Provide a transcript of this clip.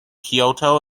kyoto